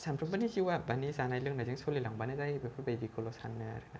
सानफ्रोमबोनि जिउआ माने जानाय लोंनायजों सलिलांबानो जायो बेफोरबायदिखौल' सानो आरो ना